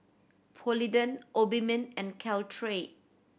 Polident Obimin and Caltrate